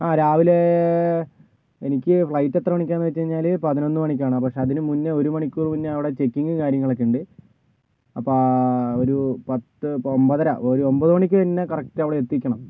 ആ രാവിലെ എനിക്ക് ഫ്ലൈറ്റ് എത്ര മണിക്കാണ് എന്ന് വെച്ച് കഴിഞ്ഞാല് പതിനൊന്ന് മണിക്കാണ് പക്ഷെ അതിന് മുന്നേ ഒരു മണിക്കൂറ് മുന്നേ അവിടെ ചെക്കിങ് കാര്യങ്ങളൊക്കെ ഉണ്ട് അപ്പം ഒരു പത്ത് ഒമ്പതര ഒരു ഒമ്പത് മണിക്ക് തന്നെ കറക്റ്റ് അവിടെ എത്തിക്കണം